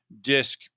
disk